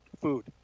food